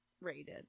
rated